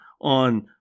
on